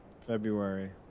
February